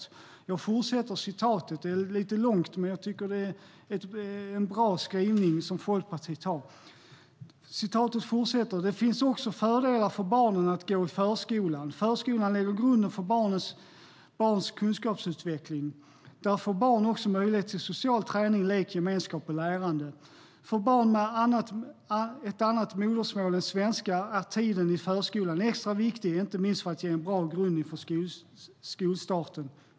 ""Det finns också fördelar för barnen att gå i förskolan. Förskolan lägger grunden för barns kunskapsutveckling. Där får barn också möjlighet till social träning, lek, gemenskap och lärande. För barn med ett annat modersmål än svenska är tiden i förskolan extra viktig, inte minst för att ge en bra grund inför skolstarten.